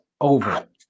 over